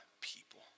people